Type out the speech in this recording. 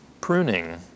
pruning